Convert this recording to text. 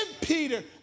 Peter